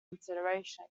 consideration